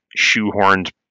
shoehorned